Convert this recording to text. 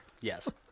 Yes